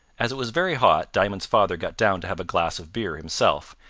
as it was very hot, diamond's father got down to have a glass of beer himself,